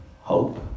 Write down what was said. hope